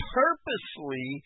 purposely